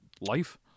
life